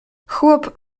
chłop